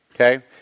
okay